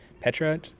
Petra